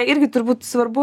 irgi turbūt svarbu